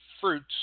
fruits